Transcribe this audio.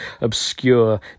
obscure